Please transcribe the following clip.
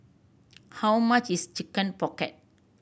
how much is Chicken Pocket